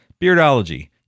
Beardology